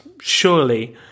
surely